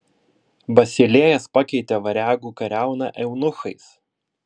basilėjas pakeitė variagų kariauną eunuchais